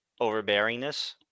overbearingness